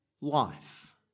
life